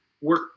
work